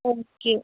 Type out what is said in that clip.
okay